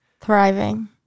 Thriving